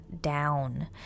down